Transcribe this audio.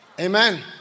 Amen